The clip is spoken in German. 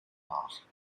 nach